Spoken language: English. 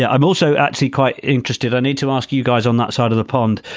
yeah i'm also actually quite interested. i need to ask you guys on that side of the pond,